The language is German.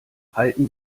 halten